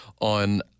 on